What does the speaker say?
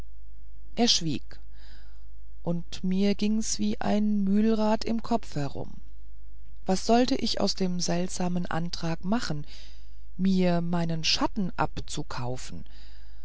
er schwieg und mir ging's wie ein mühlrad im kopfe herum was sollt ich aus dem seltsamen antrag machen mir meinen schatten abzukaufen